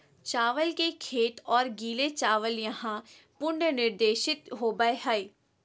चावल के खेत और गीले चावल यहां पुनर्निर्देशित होबैय हइ